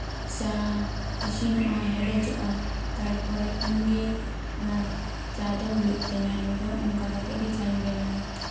ᱪᱟ ᱤᱥᱤᱱᱚᱜᱼᱟ ᱦᱮᱰᱮᱪᱚᱜᱼᱟ ᱛᱟᱨᱯᱚᱨᱮ ᱠᱷᱟᱱ ᱜᱮ ᱚᱱᱟ ᱪᱟ ᱫᱚ ᱦᱩᱭᱩᱜ ᱛᱤᱧᱟᱹ ᱤᱧ ᱫᱚ ᱚᱱᱠᱟ ᱟᱛᱮᱜ ᱜᱮ ᱪᱟᱧ ᱵᱮᱱᱟᱣᱟ